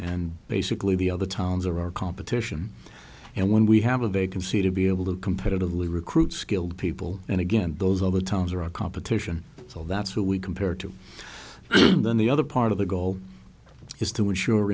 and basically the other towns are our competition and when we have a vacancy to be able to competitively recruit skilled people and again those other towns are our competition so that's what we compared to then the other part of the goal is to ensure